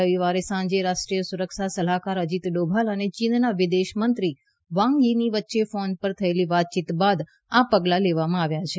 રવિવારે સાંજે રાષ્ટ્રીય સુરક્ષા સલાહકાર અજીત ડોભાલ અને ચીનના વિદેશ મંત્રી વાંગ થી ની વચ્ચે ફોન પર થયેલી વાતચીત બાદ આ પગલા લેવામાં આવ્યા છે